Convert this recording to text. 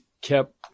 kept